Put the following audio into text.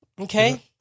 Okay